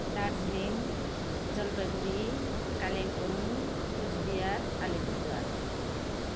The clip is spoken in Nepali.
दार्जिलिङ जलपाइगुडी कालिम्पोङ कुच बिहार अलिपुरद्वार